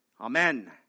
Amen